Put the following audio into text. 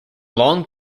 long